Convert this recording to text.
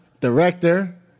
director